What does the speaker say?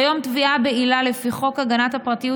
כיום תביעה בעילה לפי חוק הגנת הפרטיות